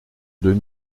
deux